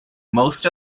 most